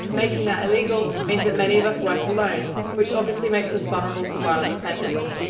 making that illegal means that many of us work alone, which obviously makes us vulnerable to violent offenders.